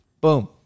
boom